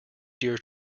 dear